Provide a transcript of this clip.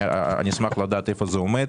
אני אשמח לדעת איפה זה עומד.